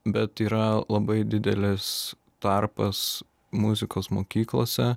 bet yra labai didelis tarpas muzikos mokyklose